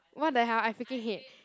what the hell I freaking hate